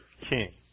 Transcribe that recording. king